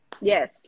yes